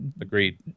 agreed